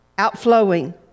outflowing